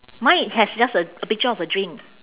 mine has just a a picture of a drink